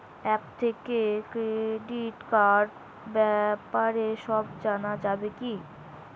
App থেকে credit কার্ডর ব্যাপারে সব জানা যাবে কি?